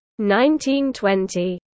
1920